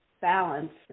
balance